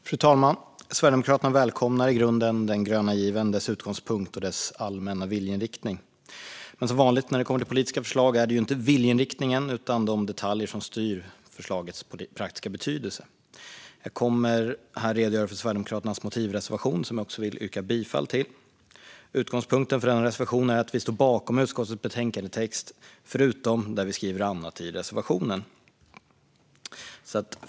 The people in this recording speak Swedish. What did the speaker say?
Fru talman! Sverigedemokraterna välkomnar i grunden den gröna given, dess utgångspunkt och dess allmänna viljeinriktning. Men som vanligt när det kommer till politiska förslag är det viktigaste inte viljeinriktningen utan de detaljer som styr förslagets praktiska betydelse. Jag kommer här att redogöra för Sverigedemokraternas motivreservation, som jag också vill yrka bifall till. Utgångspunkten för denna reservation är att vi står bakom utskottets betänkandetext förutom där vi skriver annat i reservationen.